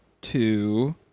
two